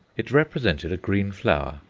it represented a green flower,